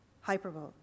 hyperbole